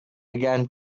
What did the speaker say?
began